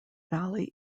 valley